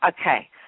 Okay